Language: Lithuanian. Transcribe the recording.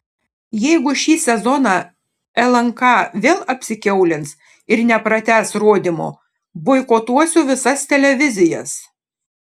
jeigu šį sezoną lnk vėl apsikiaulins ir nepratęs rodymo boikotuosiu visas televizijas